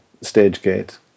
StageGate